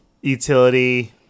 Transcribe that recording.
utility